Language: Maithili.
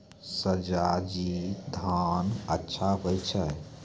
सयाजी धान अच्छा होय छै?